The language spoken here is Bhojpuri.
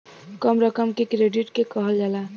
कम रकम के क्रेडिट के कहल जाला